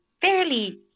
fairly